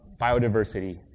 biodiversity